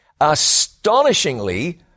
Astonishingly